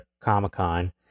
Comic-Con